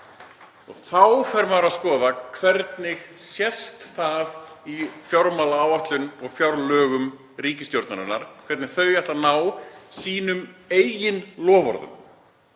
Þá fer maður að skoða hvernig það sést í fjármálaáætlun og fjárlögum ríkisstjórnarinnar, hvernig þau ætla að ná sínum eigin loforðum.